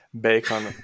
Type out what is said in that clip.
bacon